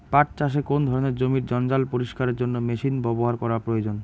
পাট চাষে কোন ধরনের জমির জঞ্জাল পরিষ্কারের জন্য মেশিন ব্যবহার করা প্রয়োজন?